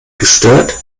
gestört